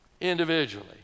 individually